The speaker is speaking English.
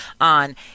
on